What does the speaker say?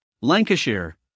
Lancashire